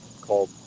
called